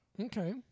Okay